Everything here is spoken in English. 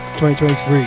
2023